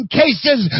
cases